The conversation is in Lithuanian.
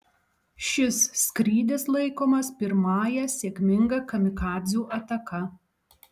šis skrydis laikomas pirmąja sėkminga kamikadzių ataka